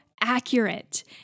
accurate